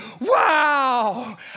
wow